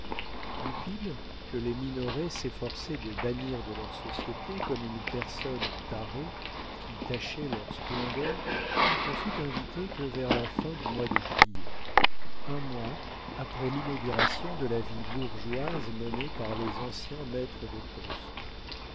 faste goupil que les minoret s'efforçaient de bannir de leur société comme une personne tarée qui tachait leur splendeur ne fut invité que vers la fin du mois de juillet un mois après l'inauguration de la vie bourgeoise menée par les anciens maîtres de poste